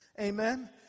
Amen